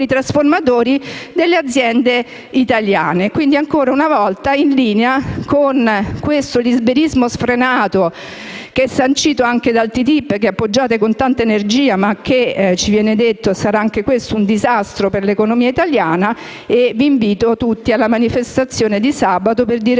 trasformatori delle aziende italiane, ancora una volta in linea con questo liberismo sfrenato, sancito anche dal TTIP che appoggiate con tanta energia ma che - ci viene detto - sarà, anche questo, un disastro per l'economia italiana. E vi invito tutti alla manifestazione di sabato per dire